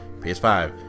PS5